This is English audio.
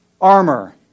armor